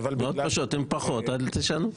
אם אתם פחות אז אל תשנו.